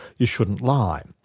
you shouldn't lie.